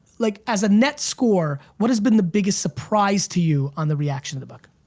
like as a net score, what has been the biggest surprise to you on the reaction of the book?